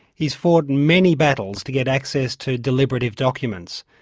he's fought many battles to get access to deliberative documents,